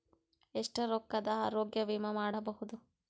ಎಷ್ಟ ರೊಕ್ಕದ ಆರೋಗ್ಯ ವಿಮಾ ಮಾಡಬಹುದು?